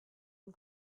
une